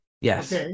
Yes